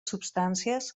substàncies